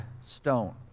stone